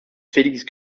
félix